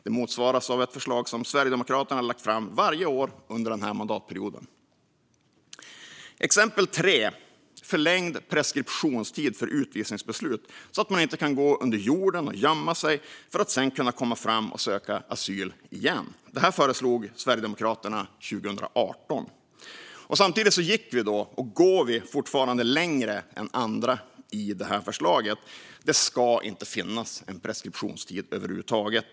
Det motsvaras av ett förslag som Sverigedemokraterna har lagt fram varje år under den här mandatperioden. Exempel 3 gäller förlängd preskriptionstid för utvisningsbeslut. Man ska inte kunna gå under jorden och gömma sig för att sedan komma fram och söka asyl igen. Detta föreslog Sverigedemokraterna 2018. Vi gick samtidigt och går fortfarande längre än andra i detta förslag. Det ska inte finnas en preskriptionstid över huvud taget.